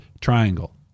triangle